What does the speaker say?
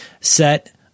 set